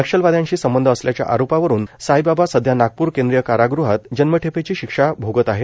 नक्षलवाद्यांशी संबंध असल्याच्या आरोपावरुन साईबाबा सध्या नागपूर केंद्रीय कारागृहात जन्मठेपेची शिक्षा भोगत आहेत